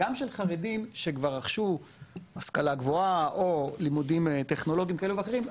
גם חרדים שכבר רכשו השכלה גבוהה או לימודים טכנולוגיים כאלה ואחרים,